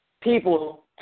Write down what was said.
people